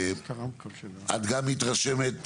את גם מתרשמת,